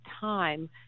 time